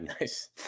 Nice